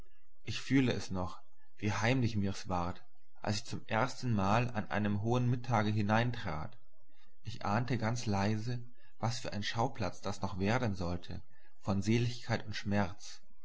ich fühle es noch wie heimlich mir's ward als ich zum erstenmale an einem hohen mittage hineintrat ich ahnete ganz leise was für ein schauplatz das noch werden sollte von seligkeit und schmerz